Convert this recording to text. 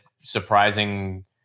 surprising